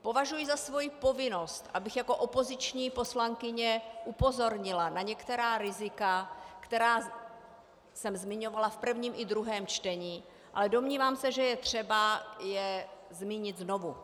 Považuji za svou povinnost, abych jako opoziční poslankyně upozornila na některá rizika, která jsem zmiňovala v prvním i druhém čtení, ale domnívám se, že je třeba je zmínit znovu.